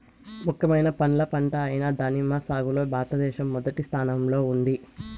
ముఖ్యమైన పండ్ల పంట అయిన దానిమ్మ సాగులో భారతదేశం మొదటి స్థానంలో ఉంది